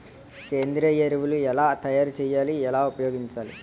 సేంద్రీయ ఎరువులు ఎలా తయారు చేయాలి? ఎలా ఉపయోగించాలీ?